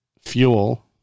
fuel